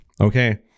okay